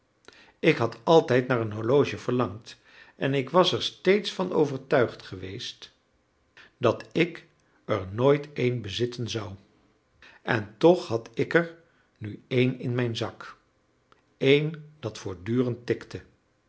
ik had altijd naar een horloge verlangd en ik was er steeds van overtuigd geweest dat ik er nooit een bezitten zou en toch had ik er nu een in mijn zak een dat voortdurend tikte